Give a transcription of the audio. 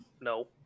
no